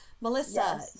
Melissa